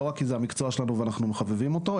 לא רק כי זה המקצוע שלנו ואנחנו מחבבים אותו,